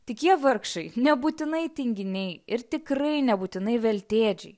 tik jie vargšai nebūtinai tinginiai ir tikrai nebūtinai veltėdžiai